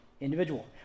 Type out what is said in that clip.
individual